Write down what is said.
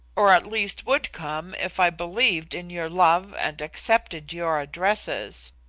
or at least would come if i believed in your love and accepted your addresses.